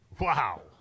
wow